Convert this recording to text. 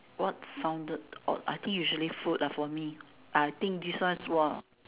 what sounded awe~ I think usually food ah for me I think this one !wah!